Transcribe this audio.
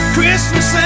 Christmas